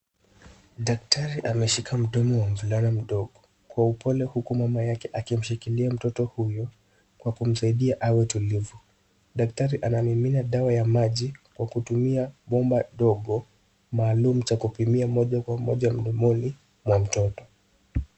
Daktari ameshika mdomo wa mvulana mdogo kwa upole huku mama yake akimshikilia mtoto huyu kwa kumsaidia awe tulivu. Daktari anamimina dawa ya maji kwa kutumia bomba dogo maalum cha kupimia moja kwa moja mdomoni mwa mtoto